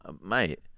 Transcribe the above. mate